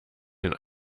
den